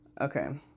Okay